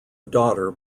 daughter